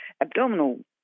abdominal